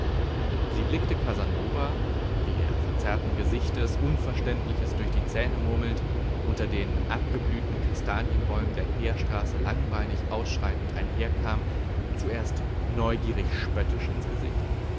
sie blickte casanova wie er verzerrten gesichtes unverständliches durch die zähne murmelnd unter den abgeblühten kastanienbäumen der heerstraße langbeinig ausschreitend einherkam zuerst neugierig spöttisch ins gesicht